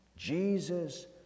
Jesus